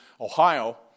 Ohio